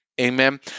Amen